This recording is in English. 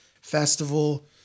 festival